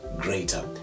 greater